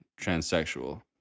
transsexual